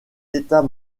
état